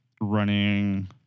running